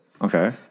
Okay